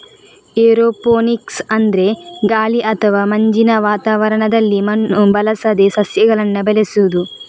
aeroponics ಅಂದ್ರೆ ಗಾಳಿ ಅಥವಾ ಮಂಜಿನ ವಾತಾವರಣದಲ್ಲಿ ಮಣ್ಣು ಬಳಸದೆ ಸಸ್ಯಗಳನ್ನ ಬೆಳೆಸುದು